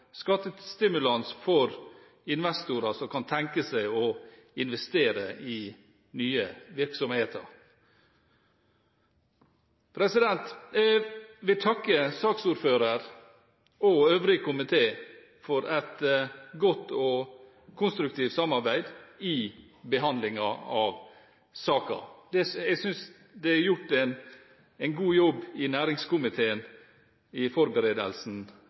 skattestimulans for investorer som kan tenke seg å investere i nye virksomheter. Jeg vil takke saksordføreren og den øvrige komiteen for et godt og konstruktivt samarbeid i behandlingen av saken. Jeg synes det er gjort en god jobb i næringskomiteen i forberedelsen